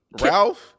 Ralph